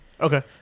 Okay